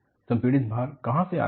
संपीड़ित भार कहां से आते हैं